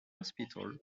hospital